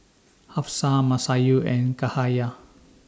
Hafsa Masayu and Cahaya